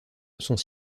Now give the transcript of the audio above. sont